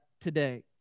today